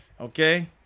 Okay